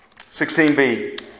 16b